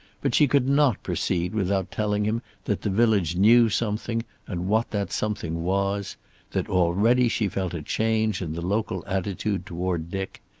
but she could not proceed without telling him that the village knew something, and what that something was that already she felt a change in the local attitude toward dick.